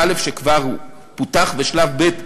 שלב א' שכבר פותח ושלב ב',